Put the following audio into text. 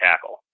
tackle